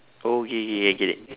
oh okay okay okay I get it